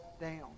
down